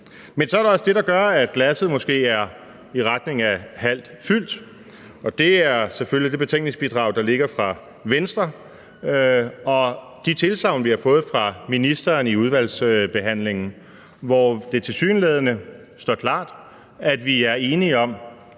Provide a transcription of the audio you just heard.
Men så er der også det, der gør, at glasset er i retning af halvt fyldt, og det er selvfølgelig det betænkningsbidrag, der ligger fra Venstre, og de tilsagn, vi har fået af ministeren i udvalgsbehandlingen, hvor det tilsyneladende står klart, at vi er enige om,